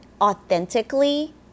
authentically